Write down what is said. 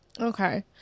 okay